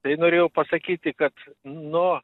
tai norėjau pasakyti kad nu